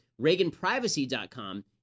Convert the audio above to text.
ReaganPrivacy.com